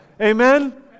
Amen